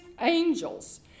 angels